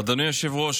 אדוני היושב-ראש,